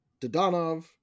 Dodonov